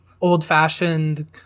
old-fashioned